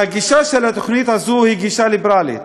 הגישה של התוכנית הזאת היא גישה ליברלית,